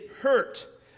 hurt